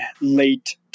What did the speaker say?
late